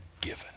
given